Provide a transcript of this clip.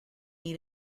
eat